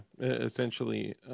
Essentially